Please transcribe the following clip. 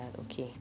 okay